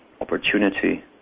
opportunity